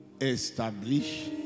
establish